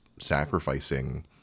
sacrificing